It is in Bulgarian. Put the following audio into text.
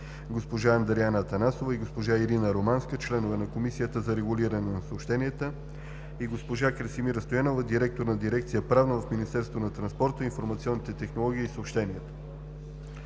госпожа Андреана Атанасова и госпожа Ирина Романска – членове на Комисията за регулиране на съобщенията, и госпожа Красимира Стоянова – директор на дирекция „Правна“ в Министерството на транспорта, информационните технологии и съобщенията.